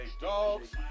dogs